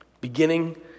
beginning